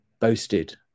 boasted